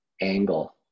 angle